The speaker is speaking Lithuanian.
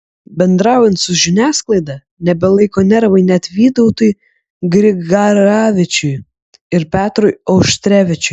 bendraujant su žiniasklaida nebelaiko nervai net vytautui grigaravičiui ir petrui auštrevičiui